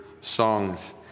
songs